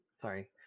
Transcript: Sorry